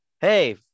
hey